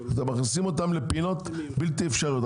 אתם מכניסים אותם לפינות בלתי אפשריות.